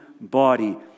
body